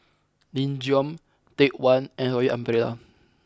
Nin Jiom Take One and Royal Umbrella